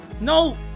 No